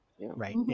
right